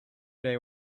they